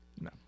no